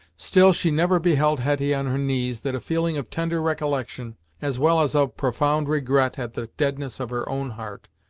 still she never beheld hetty on her knees, that a feeling of tender recollection as well as of profound regret at the deadness of her own heart,